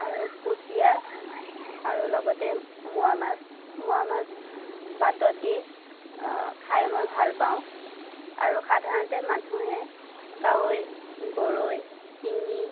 আৰু কুচিয়া আৰু লগতে মোৱা মাছ মোৱা মাছ পাতত দি খাই মই ভাল পাওঁ আৰু সাধাৰণতে মানুহে কাৱৈ গৰৈ শিঙি